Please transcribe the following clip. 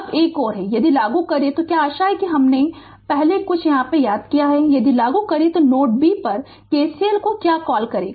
अब एक और है यदि लागू करें तो क्या आशा है कि हमने कुछ भी याद नहीं किया है यदि लागू करें तो नोड b पर KCL को क्या कॉल करें